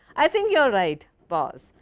i think you are right. pause!